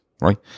right